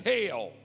Hail